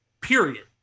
period